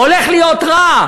הולך להיות רע.